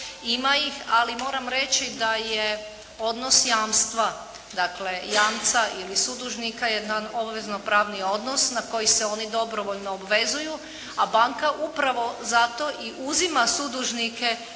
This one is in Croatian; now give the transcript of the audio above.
Ima ih ali moram reći da je odnos jamstva, dakle jamca i sudužnika jedan obvezno pravni odnos na koji se oni dobrovoljno obvezuju a banka upravo zato i uzima sudužnike